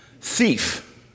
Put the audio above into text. thief